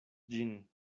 ĝin